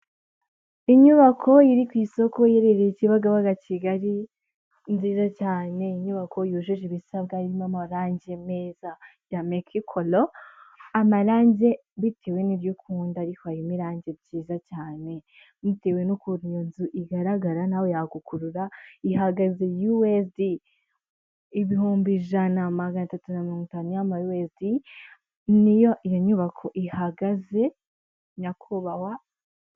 Inyubako iri ku isoko iherereye i Kibagabaga-Kigali, nziza cyane, inyubako yujuje ibisabwa irimo amarange meza. Y'Ameki kolo, amarangi bitewe n'ibyo ukunda. Ariko harimo irangi ryiza cyane. Bitewe n'ukuntu iyo nzu igaragara nawe yagukurura, ihagaze yuwezidi. Ibihumbi ijana magana atatu na mirongo itanu y'Amayuwezidi, ni yo iyo nyubako ihagaze, Nyakubahwa...